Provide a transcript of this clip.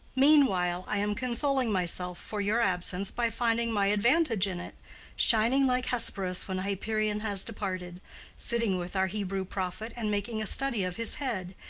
meanwhile i am consoling myself for your absence by finding my advantage in it shining like hesperus when hyperion has departed sitting with our hebrew prophet, and making a study of his head,